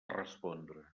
respondre